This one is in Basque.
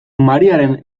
mariaren